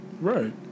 Right